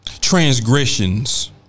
transgressions